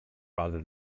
rather